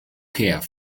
care